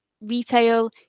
retail